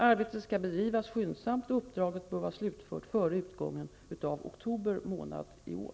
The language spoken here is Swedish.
Arbetet skall bedrivas skyndsamt, och uppdraget bör vara slutfört före utgången av oktober månad i år.